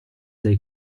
dei